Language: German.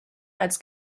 als